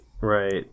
Right